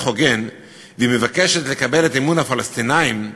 הוגן והיא מבקשת לקבל את אמון הפלסטינים,